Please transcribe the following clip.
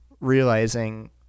realizing